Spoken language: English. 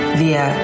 via